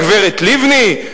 הגברת לבני?